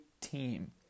team